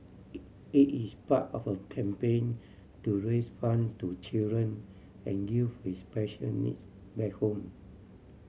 it is part of a campaign to raise fund to children and youth with special needs back home